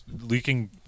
leaking